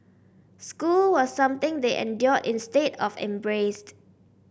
school was something they endured instead of embraced